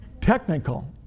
technical